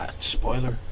Spoiler